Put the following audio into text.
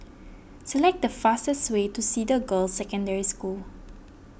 select the fastest way to Cedar Girls' Secondary School